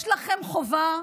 יש לכם חובה